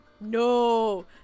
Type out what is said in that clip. No